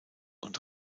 und